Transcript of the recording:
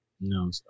no